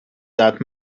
that